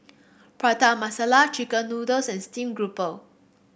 Prata Masala chicken noodles and Steamed Grouper